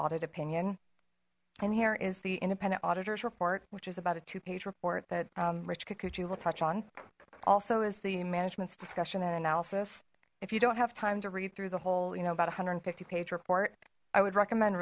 audit opinion in here is the independent auditors report which is about a two page report that rich kikuchi will touch on also is the management's discussion and analysis if you don't have time to read through the whole you know about a hundred and fifty page report i would recommend